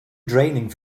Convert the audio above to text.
draining